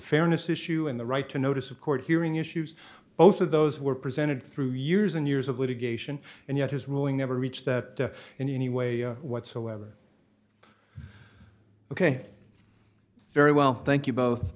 fairness issue in the right to notice a court hearing issues both of those were presented through years and years of litigation and yet his ruling never reach that in any way whatsoever ok very well thank you both